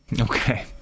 Okay